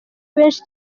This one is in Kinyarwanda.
benshi